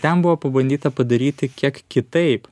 ten buvo pabandyta padaryti kiek kitaip